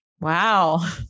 wow